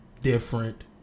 different